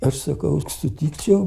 aš sakau sutikčiau